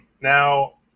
Now